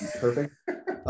perfect